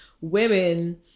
women